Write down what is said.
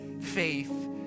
faith